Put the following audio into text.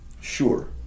sure